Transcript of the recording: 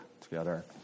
together